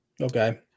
Okay